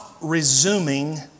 resuming